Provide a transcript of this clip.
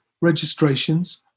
registrations